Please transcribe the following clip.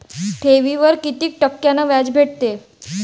ठेवीवर कितीक टक्क्यान व्याज भेटते?